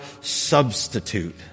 substitute